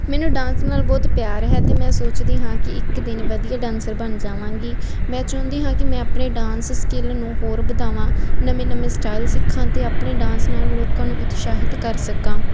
ਮੈਨੂੰ ਡਾਂਸ ਨਾਲ ਬਹੁਤ ਪਿਆਰ ਹੈ ਤੇ ਮੈਂ ਸੋਚਦੀ ਹਾਂ ਕਿ ਇੱਕ ਦਿਨ ਵਧੀਆ ਡਾਂਸਰ ਬਣ ਜਾਵਾਂਗੀ ਮੈਂ ਚਾਹੁੰਦੀ ਹਾਂ ਕਿ ਮੈਂ ਆਪਣੇ ਡਾਂਸ ਸਕਿਲ ਨੂੰ ਹੋਰ ਵਧਾਵਾਂ ਨਵੇਂ ਨਵੇਂ ਸਟਾਈਲ ਸਿੱਖਾਂ ਅਤੇ ਆਪਣੇ ਡਾਂਸ ਨਾਲ ਲੋਕਾਂ ਨੂੰ ਉਤਸ਼ਾਹਿਤ ਕਰ ਸਕਾਂ